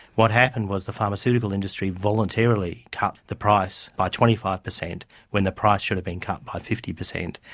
what happened was the pharmaceutical industry voluntarily cut the price by twenty five percent when the price should have been cut by fifty percent.